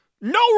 no